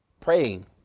Praying